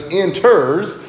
enters